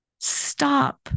Stop